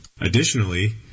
Additionally